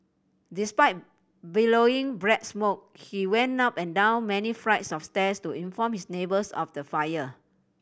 despite billowing black smoke he went up and down many flights of stairs to inform his neighbours of the fire